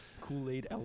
Kool-Aid